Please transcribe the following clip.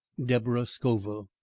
deborah scoville.